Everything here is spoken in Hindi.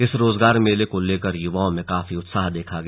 इस रोजगार मेले को लेकर युवाओं में काफी उत्साह देखा गया